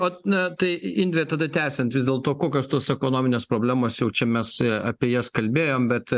ot na tai indre tada tęsiant vis dėlto kokios tos ekonominės problemos jau čia mes apie jas kalbėjom bet